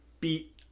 beat